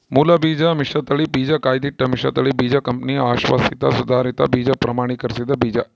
ಮೂಲಬೀಜ ಮಿಶ್ರತಳಿ ಬೀಜ ಕಾಯ್ದಿಟ್ಟ ಮಿಶ್ರತಳಿ ಬೀಜ ಕಂಪನಿ ಅಶ್ವಾಸಿತ ಸುಧಾರಿತ ಬೀಜ ಪ್ರಮಾಣೀಕರಿಸಿದ ಬೀಜ